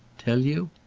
tell you?